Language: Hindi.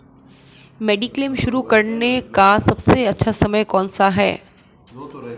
मेडिक्लेम शुरू करने का सबसे अच्छा समय कौनसा है?